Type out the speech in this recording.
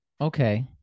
Okay